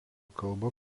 kalba